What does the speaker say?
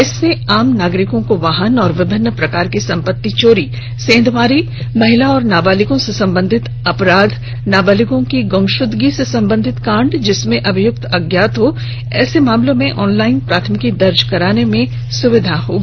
इससे आम नागरिकों को वाहन चोरी विभिन्न प्रकार की संपत्ति चोरी सेंधमारी महिला एवं नाबालिगों से संबंधित अपराध नाबालिगों की गुमशुदगी से संबंधित कांड जिसमें अभियुक्त अज्ञात हो ऐसे मामलों में ऑनलाइन प्राथमिकी दर्ज कराने की सुविधा होगी